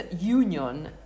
union